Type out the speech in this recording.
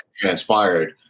transpired